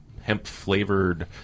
hemp-flavored